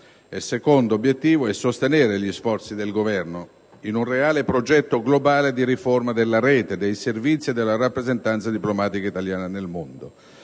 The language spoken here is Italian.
Il secondo obiettivo è quello di sostenere gli sforzi del Governo in un reale progetto globale di riforma della rete, dei servizi e della rappresentanza diplomatica italiana nel mondo.